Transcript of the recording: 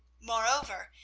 moreover,